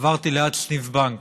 עברתי ליד סניף בנק